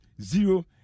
zero